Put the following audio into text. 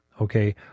okay